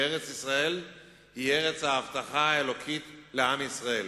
שארץ-ישראל היא ארץ ההבטחה האלוקית לעם ישראל?